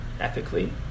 ethically